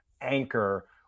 anchor